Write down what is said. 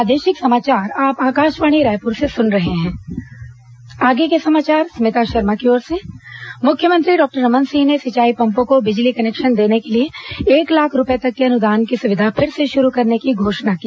विकास यात्रा मुख्यमंत्री डॉक्टर रमन सिंह ने सिंचाई पम्पों को बिजली कनेक्शन देने के लिए एक लाख रूपए तक के अनुदान की सुविधा फिर से शुरू करने की घोषणा की